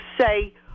say